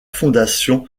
fondation